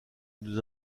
nous